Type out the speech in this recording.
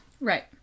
Right